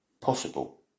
possible